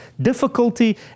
difficulty